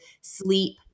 sleep